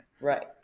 Right